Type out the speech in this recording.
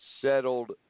settled